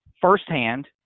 firsthand